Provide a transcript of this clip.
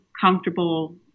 comfortable